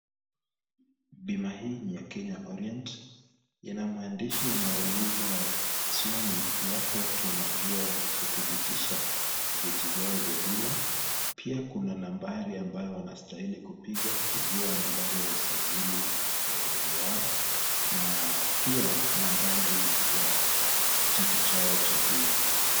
Bima hii ni ya Kenya Orient. Ina maandishi yanayouliza swali, iwapo watu wanajua kudhibitisha vyeti vyao vya bima? Pia kuna nambari ambayo wanastahili kupiga kujua nambari ya usajili ya gari yao na pia nambari ya cheti chao cha bima.